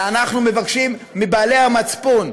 ואנחנו מבקשים מבעלי המצפון,